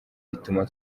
bituma